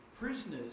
Prisoners